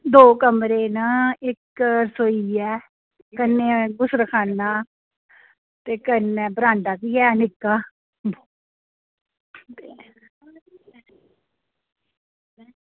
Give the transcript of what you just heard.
दौ कमरे न इक्क रसोई ऐ कन्नै गुसलखाना ते कन्नै बरांडा बी ऐ निक्का